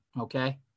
Okay